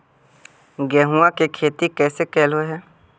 गेहूआ के खेती कैसे कैलहो हे?